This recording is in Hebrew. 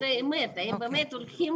הרי בסופו של דבר,